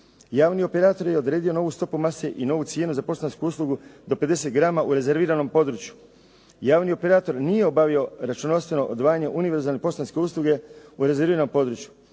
Javni operator je odredio novu stopu mase i novu cijenu za poštansku uslugu do 50 grama u rezerviranom području. Javni operator nije obavio računovodstveno odvajanje univerzalne poštanske usluge u rezerviranom području.